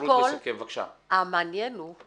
--- המעניין הוא,